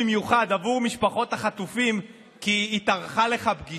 יודע איך אנחנו חזרנו כל כך מהר לשיח